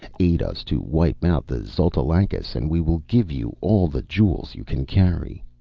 aid us to wipe out the xotalancas, and we will give you all the jewels you can carry.